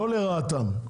לא לרעתם.